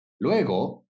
Luego